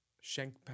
shank